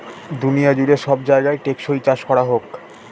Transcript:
দুনিয়া জুড়ে সব জায়গায় টেকসই চাষ করা হোক